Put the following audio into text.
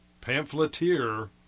pamphleteer